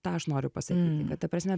tą aš noriu pasakyti kad ta prasme